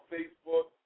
Facebook